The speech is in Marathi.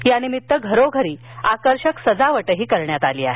या निमित्त घरोघरी आकर्षक सजावटही करण्यात आली आहे